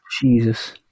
Jesus